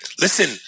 listen